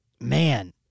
Man